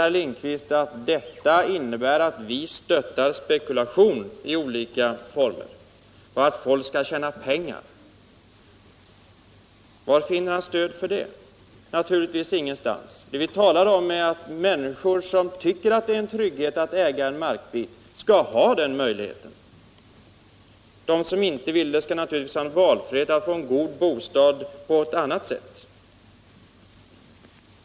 Herr Lindkvist påstår att detta innebär att vi stöttar spekulation i olika former för att folk skall tjäna pengar. Var finner han stöd för det? Naturligtvis ingenstans! Vad vi talar om är att människor som tycker att det ligger trygghet i att äga en markbit skall ha den möjligheten. De som inte vill det skall naturligtvis ha valfrihet att få en god bostad på annat sätt.